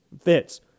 Fits